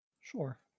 Sure